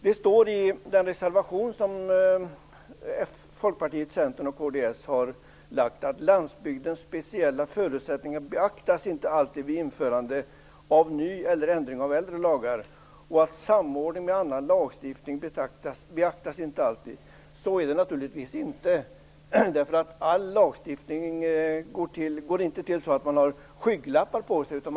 Det står i den reservation som Centern, Folkpartiet och kds har avgivit att landsbygdens speciella förutsättningar inte alltid beaktas vid införande av ny lag eller ändring av äldre lagar. Vidare står det att samordning med annan lagstiftning inte heller alltid beaktas. Så är det naturligtvis inte. Det går inte till så att man har skygglappar på sig vid lagstiftning.